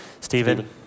Stephen